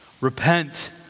Repent